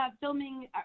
filming